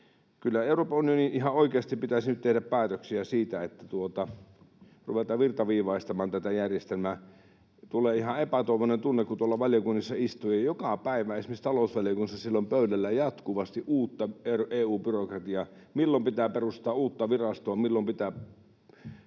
kyllä Euroopan unionin ihan oikeasti pitäisi nyt tehdä päätöksiä siitä, että ruvetaan virtaviivaistamaan tätä järjestelmää. Tulee ihan epätoivoinen tunne, kun tuolla valiokunnissa istuu ja joka päivä esimerkiksi talousvaliokunnassa on pöydällä jatkuvasti uutta EU-byrokratiaa, milloin pitää perustaa uutta virastoa, milloin pitää